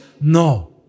No